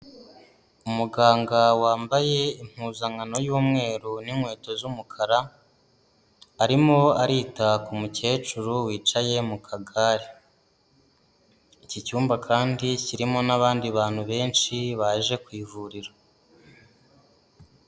Umuganga wambaye impuzankano y'umweru n'inkweto z'umukara, arimo arita ku mukecuru wicaye mu kagare, iki cyumba kandi kirimo n'abandi bantu benshi baje ku ivuriro.